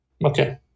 Okay